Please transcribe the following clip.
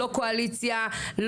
לא קואליציה,